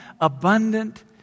abundant